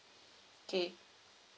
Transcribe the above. okay